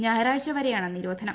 ഞായറാഴ്ച വരെയാണ് നിരോധനം